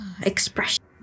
expression